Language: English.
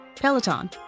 Peloton